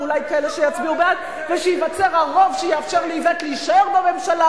ואולי כאלה שיצביעו בעד ושייווצר הרוב שיאפשר לאיווט להישאר בממשלה,